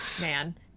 Man